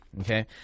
okay